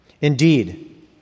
Indeed